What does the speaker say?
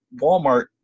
Walmart